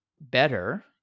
better